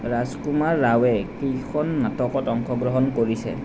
ৰাজকুমাৰ ৰাওৱে কেইখন নাটকত অংশগ্ৰহণ কৰিছে